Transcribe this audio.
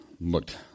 looked